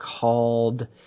called